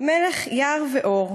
מלך יער ואור,